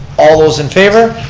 all those in favor?